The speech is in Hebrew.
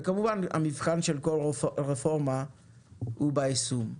וכמובן המבחן של כל רפורמה הוא ביישום.